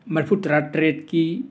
ꯃꯔꯐꯨꯇꯔꯥꯇꯔꯦꯠꯀꯤ